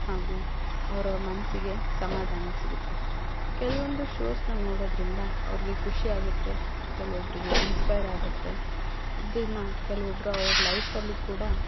ಹಾಗೂ ಅವರ ಮನಸ್ಸಿಗೆ ಸಮಾಧಾನ ಸಿಗತ್ತೆ ಕೆಲವೊಂದು ಷೋಸನ್ನ ನೋಡೋದ್ರಿಂದ ಅವರಿಗೆ ಖುಷಿಯಾಗತ್ತೆ ಕೆಲವೊಬ್ಬರಿಗೆ ಇನ್ಸ್ಪೈರ್ ಆಗತ್ತೆ ಇದನ್ನು ಕೆಲವೊಬ್ಬರು ಅವರ ಲೈಫಲ್ಲಿ ಕೂಡ